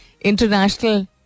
International